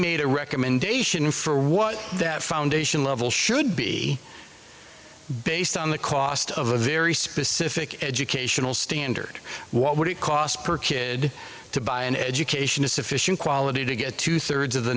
recommendation for what that foundation level should be based on the cost of a very specific educational standard what would it cost per kid to buy an education is sufficient quality to get two thirds of the